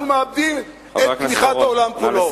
אנחנו מאבדים את תמיכת העולם כולו.